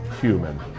human